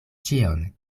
ĉion